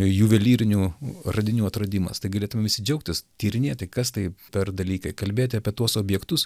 juvelyrinių radinių atradimas tai galėtumėm visi džiaugtis tyrinėti kas tai per dalykai kalbėti apie tuos objektus